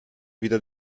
wieder